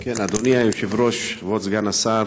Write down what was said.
אדוני היושב-ראש, כבוד סגן השר,